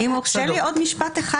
אם יורשה לי עוד משפט אחד.